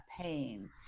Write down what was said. pain